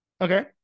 Okay